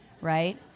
Right